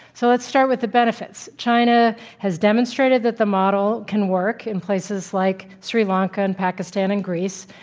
so, let's start with the benefits. china has demonstrated that the model can work in places like shri lanka, and pakistan, and greece,